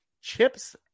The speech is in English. chips